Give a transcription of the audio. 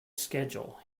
schedule